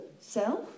self